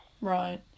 Right